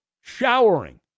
showering